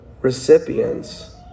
recipients